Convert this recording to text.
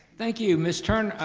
thank you. mr.